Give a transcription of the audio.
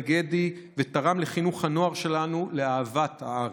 גדי ותרם לחינוך הנוער שלנו לאהבת הארץ,